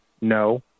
no